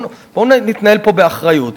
בואו נתנהל פה באחריות.